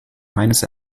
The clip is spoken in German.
meines